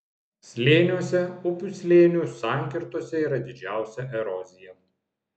slėniuose upių slėnių sankirtose yra didžiausia erozija